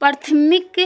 प्राथमिक